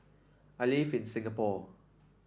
I live in Singapore